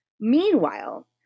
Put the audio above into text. Meanwhile